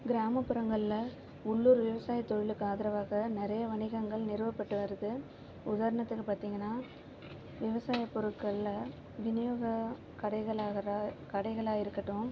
கிராமப்புறங்கள்ல உள்ளூர் விவசாயத்தொழிலுக்கு ஆதரவாக நிறையா வணிகங்கள் நிறுவப்பட்டு வருது உதாரணத்துக்கு பார்த்திங்கனா விவசாயப்பொருட்கள்ல விநியோக கடைகளாகிற கடைகளாக இருக்கட்டும்